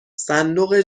صندوق